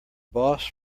boss